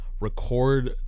record